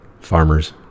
farmers